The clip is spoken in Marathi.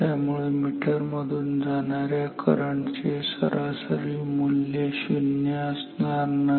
त्यामुळे मीटर मधून जाणाऱ्या करंट चे सरासरी मूल्य शून्य असणार नाही